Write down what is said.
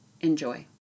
enjoy